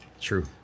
True